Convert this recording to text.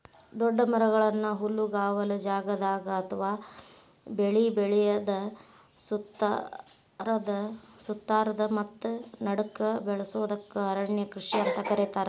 ದೊಡ್ಡ ಮರಗಳನ್ನ ಹುಲ್ಲುಗಾವಲ ಜಗದಾಗ ಅತ್ವಾ ಬೆಳಿ ಬೆಳದ ಸುತ್ತಾರದ ಮತ್ತ ನಡಕ್ಕ ಬೆಳಸೋದಕ್ಕ ಅರಣ್ಯ ಕೃಷಿ ಅಂತ ಕರೇತಾರ